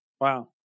Wow